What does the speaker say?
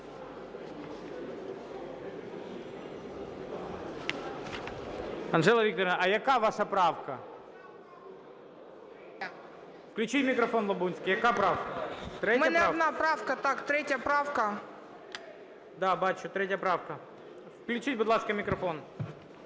Включіть, будь ласка, мікрофон.